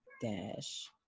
Dash